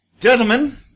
Gentlemen